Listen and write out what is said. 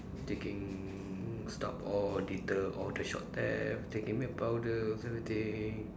taking stop or deter all the shop theft taking milk powder everything